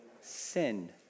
sin